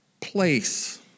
place